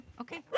Okay